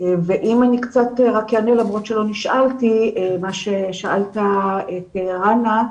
אם אענה, למרות שלא נשאלתי, מה ששאלת את רנא,